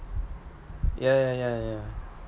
yeah yeah yeah yeah yeah